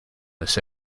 this